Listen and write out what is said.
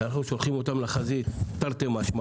שאנחנו שולחים אותם לחזית, תרתי משמע